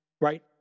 Right